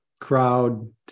crowd